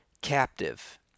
captive